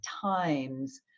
times